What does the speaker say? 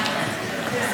צעיר.